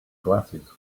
glasses